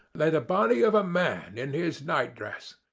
lay the body of a man in his nightdress.